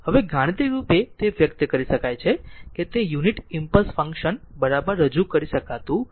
હવે ગાણિતિક રૂપે તે વ્યક્ત કરી શકાય છે તે યુનિટ ઈમ્પલસ ફંક્શન બરાબર રજૂ કરતું નથી